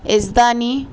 Yazdani